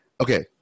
Okay